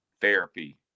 therapy